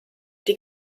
die